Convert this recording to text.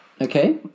Okay